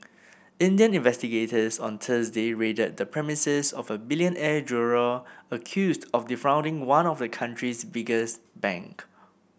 Indian investigators on Thursday raided the premises of a billionaire jeweller accused of defrauding one of the country's biggest bank